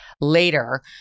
later